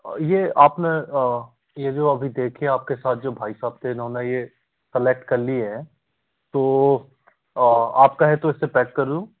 ये आपने ये जो अभी देखिए आपके साथ जो भाई साहब थे इन्होंने ये कलेक्ट कर ली है तो आप कहें तो उसे पैक करूँ